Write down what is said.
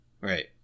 right